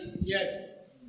Yes